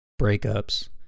breakups